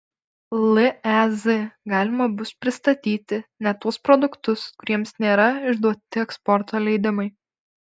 lez galima bus pristatyti net tuos produktus kuriems nėra išduoti eksporto leidimai